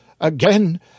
again